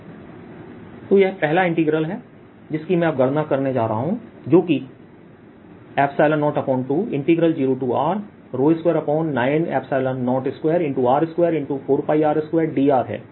Eρr30 rR Q4π0r2 rR 002E2dV0R022r29024πr2drR120Q24π02r44πr2dr0R022r29024πr2drQ28π0R तो यह पहला इंटीग्रल है जिसकी मैं अब गणना करने जा रहा हूं जो कि 020R2902r24πr2dr है